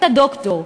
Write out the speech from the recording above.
אתה דוקטור,